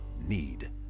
need